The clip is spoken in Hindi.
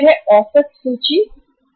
फिर है औसत सूची इकाइयों में औसत सूची